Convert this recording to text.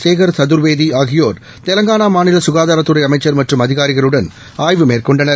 சேக் சதுர்வேதி ஆகியோர் தெலங்கானா மாநில ககாதாரத்துறை அமைச்சர் மற்றும் அதிகாரிகளுடன் ஆய்வு மேற்கொண்டனர்